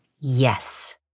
yes